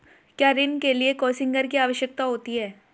क्या ऋण के लिए कोसिग्नर की आवश्यकता होती है?